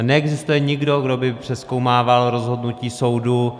A neexistuje nikdo, kdo by přezkoumával rozhodnutí soudu.